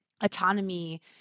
autonomy